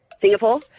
Singapore